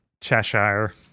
Cheshire